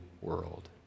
world